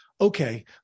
Okay